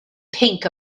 pink